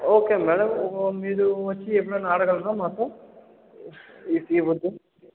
okay madam మీరు వచ్చి ఏమన్నా ఆడగలరా మాతో